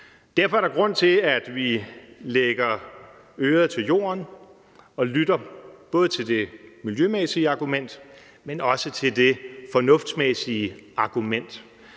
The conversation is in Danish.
Derfor er der grund til, at vi lægger øret til jorden og lytter både til det miljømæssige argument, men også til det fornuftigsmæssige argument.